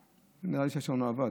נראה לי שהשעון לא עבד.